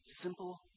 Simple